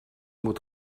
mot